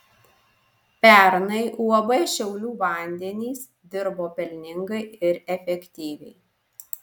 pernai uab šiaulių vandenys dirbo pelningai ir efektyviai